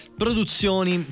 produzioni